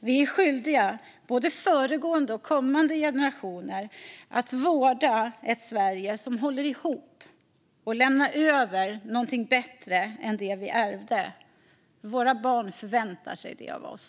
Vi är skyldiga både föregående och kommande generationer att vårda ett Sverige som håller ihop och lämna över någonting bättre än det vi ärvde. Våra barn förväntar sig det av oss.